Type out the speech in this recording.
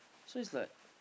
so is like